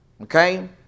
Okay